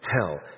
hell